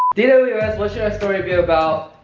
dws what should our story be about?